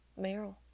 Meryl